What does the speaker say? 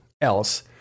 else